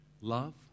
love